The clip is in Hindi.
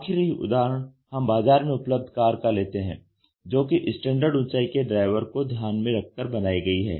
आख़िरी उदाहरण हम बाजार में उपलब्ध कार का लेते है जो कि स्टैण्डर्ड ऊंचाई के ड्राइवर को ध्यान में रख कर बनाई गई है